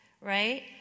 right